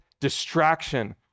distraction